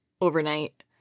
overnight